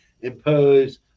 impose